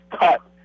cut